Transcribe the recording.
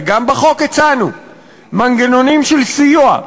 וגם בחוק הצענו מנגנונים של סיוע,